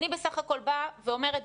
אני בסך הכול באה ואומרת,